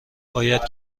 باید